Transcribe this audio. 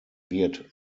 wird